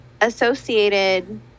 associated